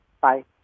Bye